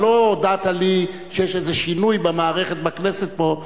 אתה לא הודעת לי שיש איזה שינוי במערכת בכנסת פה,